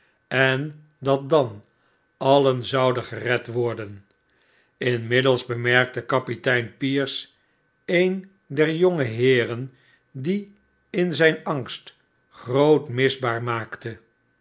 en dat dan alien zouden gered worden lnmiddels bemerkte kapitein pierce een der jongeheeren die in zjin angst groot misbaar maakte